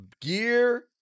gear